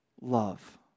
love